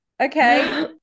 Okay